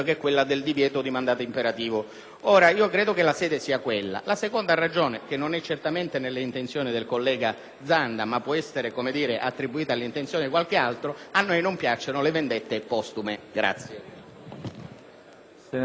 questione sia quella della Giunta. La seconda ragione, che non è certamente nelle intenzioni del collega Zanda, ma può essere attribuita all'intenzione di qualcun altro, è che a noi non piacciono le vendette postume.